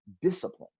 discipline